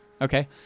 Okay